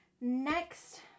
Next